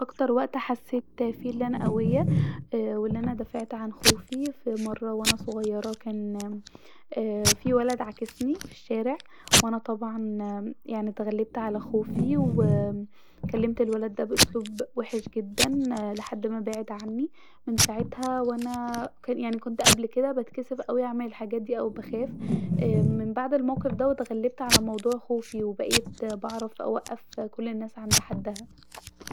اكتر وقت حسيت فيه أن انا قويه اااا وان انا دافعت عن خوفي في مره وانا صغيره كان في ولد عاكسني في الشارع وانا طبعا اتغلبت علي خوفي اااا وكلمت الولد ده بأسلوب وحش جدا لحد ما بعد عني من ساعتها انا يعني كنت قبل كدا بتكسف اوي اعمل الحاجات ديه وبخاف من بعد ده اتغلبت علي الموضوع ده خالص وبقيت بعرف اوقف كل الناس عند حدها